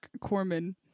Corman